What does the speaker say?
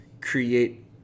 create